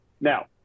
Now